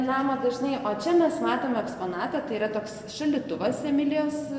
namą dažnai o čia mes matome eksponatą tai yra toks šaldytuvas emilijos